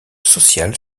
social